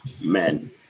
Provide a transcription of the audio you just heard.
men